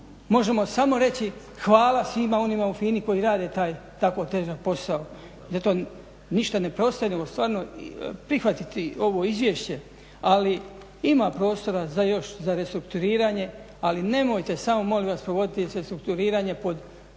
možemo samo reći hvala svima onima u FINA-i koji radi tako težak posao, zato ništa ne preostane nego stvarno prihvatiti ovo izvješće ali ima prostora za još, za restrukturiranje ali nemojte samo molim vas povoditi se strukturiranjem pod krinkom